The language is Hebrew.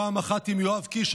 פעם אחת עם יואב קיש,